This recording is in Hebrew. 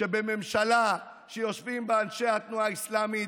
שבממשלה שיושבים בה אנשי התנועה האסלמית,